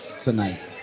tonight